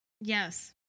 Yes